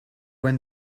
when